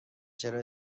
چرا